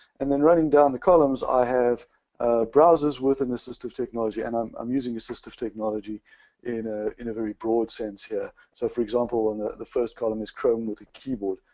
and then running down the columns i have browsers with an assistive technology. and i'm um using assistive technology in ah in a very broad sense here. so for example, in the the first column is chrome with a keyboard.